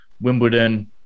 Wimbledon